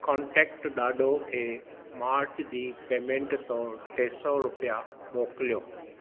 कोंटेक्टु डा॒ढो खे मार्च जी पेमेंटु तौरु टे सौ रुपया मोकिलियो